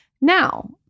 Now